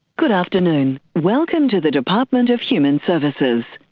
good afternoon, welcome to the department of human services.